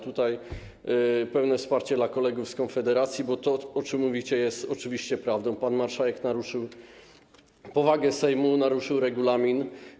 Tutaj - pełne wsparcie dla kolegów z Konfederacji, bo to, o czym mówicie, jest oczywiście prawdą: Pan marszałek naruszył powagę Sejmu, naruszył regulamin.